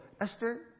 Esther